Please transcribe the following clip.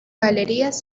galerías